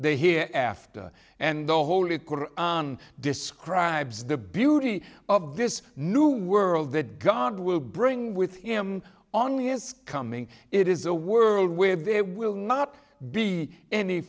they hear after and the holy on describes the beauty of this new world that god will bring with him on his coming it is a world where they will not be any